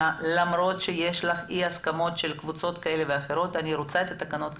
למרות שיש לך אי הסכמות של קבוצות כאלה ואחרות אני רוצה את התקנות כאן.